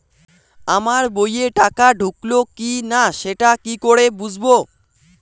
আমার বইয়ে টাকা ঢুকলো কি না সেটা কি করে বুঝবো?